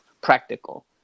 practical